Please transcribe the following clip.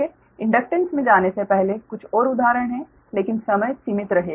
inductance में जाने से पहले कुछ और उदाहरण है लेकिन समय सीमित रहेगा